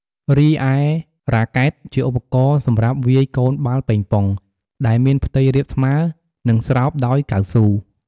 រីឯ រ៉ាកែត ជាឧបករណ៍សម្រាប់វាយកូនបាល់ប៉េងប៉ុង ដែលមានផ្ទៃរាបស្មើ និងស្រោបដោយកៅស៊ូ។